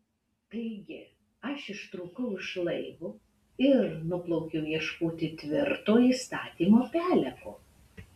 taigi aš ištrūkau iš laivo ir nuplaukiau ieškoti tvirto įstatymo peleko